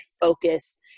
focus